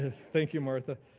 ah thank you, martha.